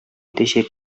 итәчәк